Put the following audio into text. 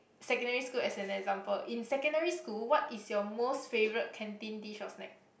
secondary school as an example in secondary school what is your most favourite canteen dish or snack